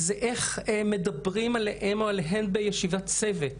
איך מדברים עליהם ועליהן בישיבת צוות.